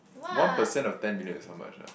one percent of ten million is how much ah